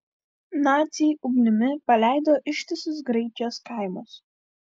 naciai ugnimi paleido ištisus graikijos kaimus